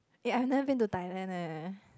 eh I have never been to Thailand eh